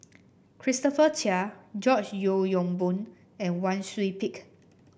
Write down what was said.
Christopher Chia George Yeo Yong Boon and Wang Sui Pick